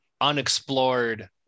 unexplored